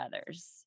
others